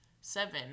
seven